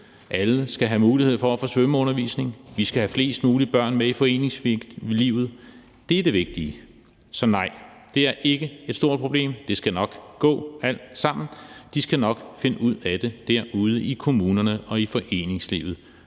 Alle skal have mulighed for at få svømmeundervisning, vi skal have flest mulige børn med i foreningslivet. Det er det vigtige, så nej, det er ikke et stort problem. De skal nok gå alt sammen, de skal nok finde ud af det derude i kommunerne og i foreningslivet,